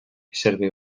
serviu